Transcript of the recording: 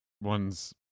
one's